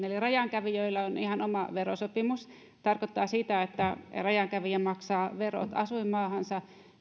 eli rajankävijöillä on ihan oma verosopimus mikä tarkoittaa sitä että rajankävijä maksaa verot asuinmaahansa